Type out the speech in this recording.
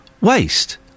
waste